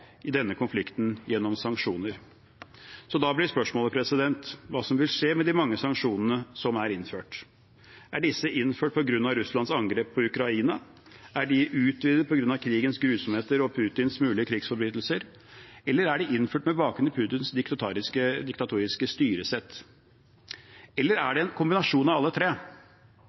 i denne konflikten gjennom sanksjoner. Da blir spørsmålet hva som vil skje med de mange sanksjonene som er innført. Er disse innført på grunn av Russlands angrep på Ukraina? Er de utvidet på grunn av krigens grusomheter og Putins mulige krigsforbrytelser? Eller er de innført med bakgrunn i Putins diktatoriske styresett? Eller er det en kombinasjon av alle tre?